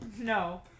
No